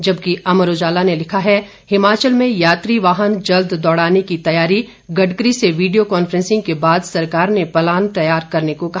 जबकि अमर उजाला ने लिखा है हिमाचल में यात्री वाहन जल्द दौड़ाने की तैयारी गडकरी से वीडियो कांफ्रेंसिंग के बाद सरकार ने प्लान तैयार करने को कहा